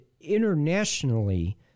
internationally